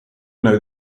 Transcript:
know